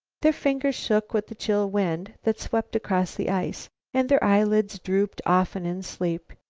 their fingers shook with the chill wind that swept across the ice and their eyelids drooped often in sleep,